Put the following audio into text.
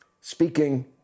Speaking